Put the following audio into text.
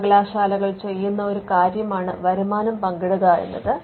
സർവ്വകലാശാലകൾ ചെയ്യുന്ന ഒരു കാര്യമാണ് വരുമാനം പങ്കിടുക എന്നത്